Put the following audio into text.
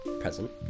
present